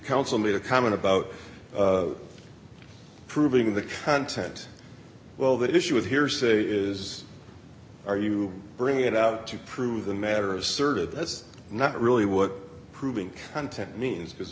counsel made a comment about proving the content well the issue with hearsay is are you bringing it out to prove the matter asserted that's not really what proving content means because